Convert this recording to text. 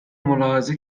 ملاحظه